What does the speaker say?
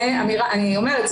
אני אומרת,